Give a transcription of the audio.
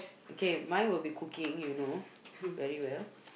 okay mine will be cooking you know very well